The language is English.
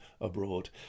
abroad